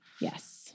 Yes